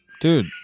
dude